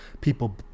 People